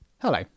Hello